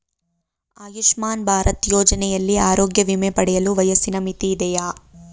ಆಯುಷ್ಮಾನ್ ಭಾರತ್ ಯೋಜನೆಯಲ್ಲಿ ಆರೋಗ್ಯ ವಿಮೆ ಪಡೆಯಲು ವಯಸ್ಸಿನ ಮಿತಿ ಇದೆಯಾ?